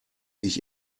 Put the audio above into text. ich